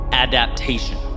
adaptation